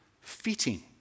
fitting